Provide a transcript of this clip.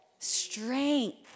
strength